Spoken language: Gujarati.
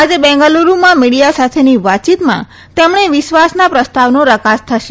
આજે બેંગાલુરૂમાં મીડિયા સાથેની વાતયીતમાં તેમણે વિશ્વાસના પ્રસ્તાવનો રકાસ થશે